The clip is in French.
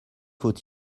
faut